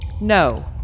No